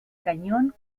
cañón